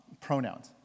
pronouns